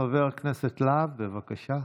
חבר הכנסת להב, בבקשה.